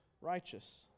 righteous